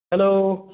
hello